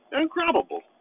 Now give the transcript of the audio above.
Incredible